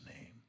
name